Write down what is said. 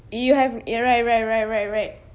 you have ya right right right right right